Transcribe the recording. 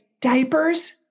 diapers